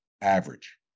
average